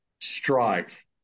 strife